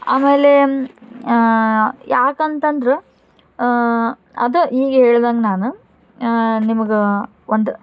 ಆಮೇಲೆ ಯಾಕಂತಂದ್ರೆ ಅದು ಈಗ ಹೇಳ್ದಂಗ್ ನಾನು ನಿಮಗೆ ಒಂದು